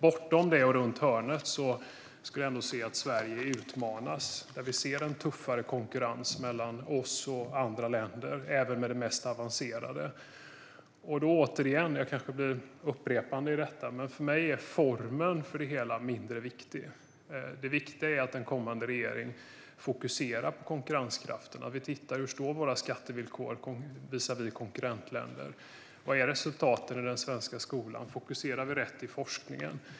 Bortom detta och runt hörnet ser jag dock att Sverige utmanas när vi ser en tuffare konkurrens mellan oss och andra länder, även när det gäller det mest avancerade. Återigen - jag kanske upprepar mig - är formen för det hela mindre viktig för mig. Det viktiga är att en kommande regering fokuserar på konkurrenskraften och att vi tittar på hur våra skattevillkor ser ut visavi konkurrentländernas, hur resultatet ser ut i den svenska skolan och om vi fokuserar rätt i forskningen.